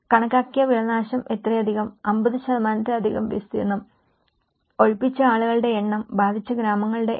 കണക്കാക്കിയ വിളനാശം ഇത്രയധികം 50 ത്തിലധികം വിസ്തീർണ്ണം ഒഴിപ്പിച്ച ആളുകളുടെ എണ്ണം ബാധിച്ച ഗ്രാമങ്ങളുടെ എണ്ണം